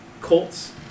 Colts